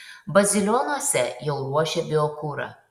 bazilionuose jau ruošia biokurą